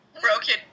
Broken